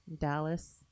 dallas